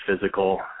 physical